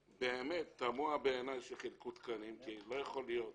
באמת תמוה בעיניי שחילקו תקנים, כי לא יכול להיות